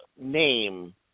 name